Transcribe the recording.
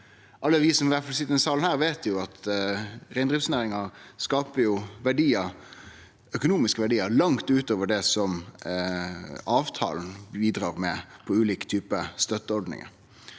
alle vi som sit i denne salen, veit at reindriftsnæringa skapar økonomiske verdiar langt ut over det som avtalen bidrar med av ulike typar støtteordningar,